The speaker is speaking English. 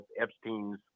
Epstein's